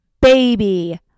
baby